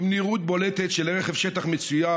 עם נראות בולטת של רכב שטח מצויד,